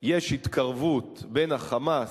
יש התקרבות בין ה"חמאס"